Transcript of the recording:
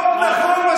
אתה מדבר לא נכון.